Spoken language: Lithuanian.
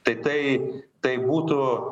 tai tai tai būtų